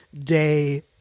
day